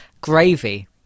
Gravy